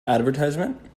advertisement